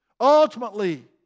ultimately